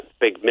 big